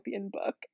book